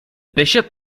bishop